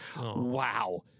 wow